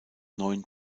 neun